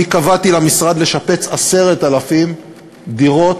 אני קבעתי למשרד לשפץ 10,000 דירות.